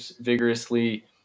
vigorously